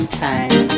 time